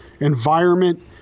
environment